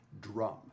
drum